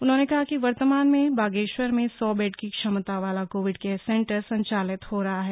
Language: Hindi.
उन्होंने कहा कि वर्तमान में बागेश्वर में सौ बेड की क्षमता वाला कोविड केयर सेंटर संचालित हो रहा हैं